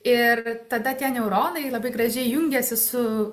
ir tada tie neuronai labai gražiai jungiasi su